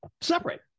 Separate